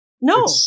No